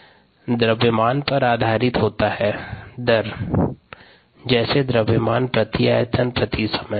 दर द्रव्यमान पर आधारित होता है जैसे द्रव्यमान प्रति आयतन प्रति समय